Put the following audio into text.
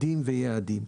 מדדים ויעדים.